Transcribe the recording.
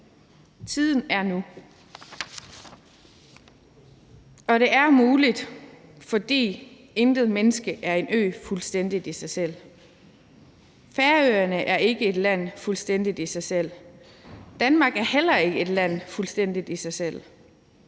Tiden er nu! Og det er muligt, for intet menneske er en ø fuldstændig i sig selv. Færøerne er ikke et land fuldstændig i sig selv. Danmark er heller ikke et land fuldstændig i sig selv.